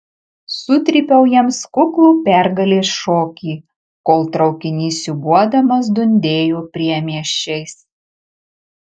sutrypiau jiems kuklų pergalės šokį kol traukinys siūbuodamas dundėjo priemiesčiais